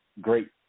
great